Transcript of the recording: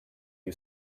you